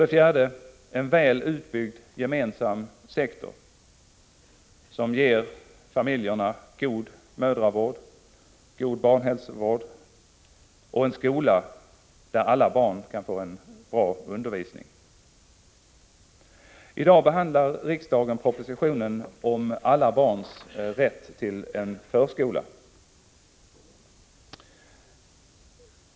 Den fjärde hörnstenen är en väl utbyggd gemensam sektor, som ger familjerna god mödravård, god barnhälsovård och en skola där alla barn kan få bra undervisning. I dag behandlar riksdagen propositionen om alla barns rätt att delta i förskoleverksamhet.